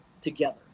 together